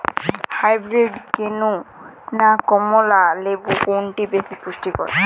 Hybrid কেনু না কমলা লেবু কোনটি বেশি পুষ্টিকর?